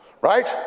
Right